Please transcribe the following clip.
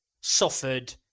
suffered